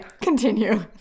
continue